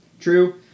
True